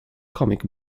comic